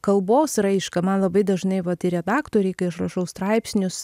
kalbos raišką man labai dažnai vat ir redaktoriai kai aš rašau straipsnius